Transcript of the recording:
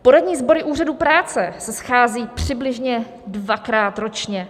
Poradní sbory úřadů práce se scházejí přibližně dvakrát ročně.